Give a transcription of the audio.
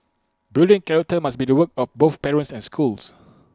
building character must be the work of both parents and schools